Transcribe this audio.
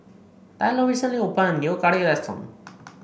Tylor recently opened a new curry restaurant